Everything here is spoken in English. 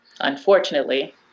Unfortunately